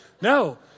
No